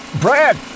Brad